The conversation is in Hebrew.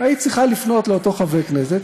היית צריכה לפנות לאותו חבר כנסת,